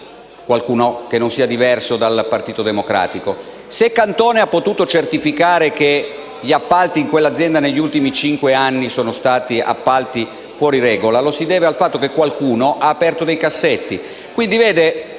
qualcuno che non sia diverso dal Partito Democratico. Se Cantone ha potuto certificare che gli appalti in quella azienda negli ultimi cinque anni sono stati fuori regola, lo si deve al fatto che qualcuno ha aperto dei cassetti.